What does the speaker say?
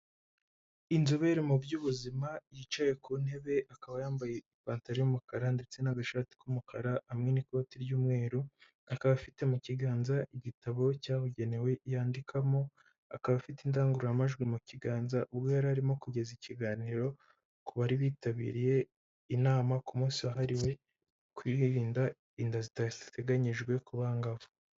Inzobere mu by'ubuzima yicaye ku ntebe, akaba yambaye ipantaro y'umukara ndetse n'agashati k'umukara, hamwe n'ikoti ry'umweru akaba afite mu kiganza igitabo cyabugenewe yandikamo, akaba afite indangururamajwi mu kiganza, ubwo yari arimo kugeza ikiganiro ku bari bitabiriye inama ku munsi wahariwe kwirinda inda zitateganyijwe ku bangavu.